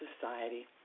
society